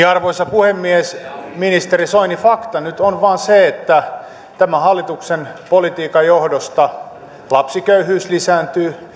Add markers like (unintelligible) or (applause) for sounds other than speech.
(unintelligible) arvoisa puhemies ministeri soini fakta nyt vain on se että tämän hallituksen politiikan johdosta lapsiköyhyys lisääntyy